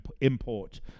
import